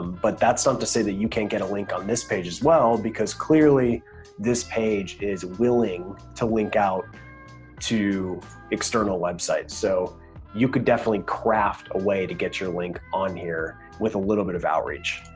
but that's not to say that you can't get a link on this page as well because clearly this page is willing to link out to external websites. so you could definitely craft a way to get your link on here with a little bit of outreach.